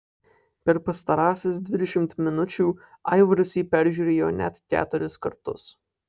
per pastarąsias dvidešimt minučių aivaras jį peržiūrėjo net keturis kartus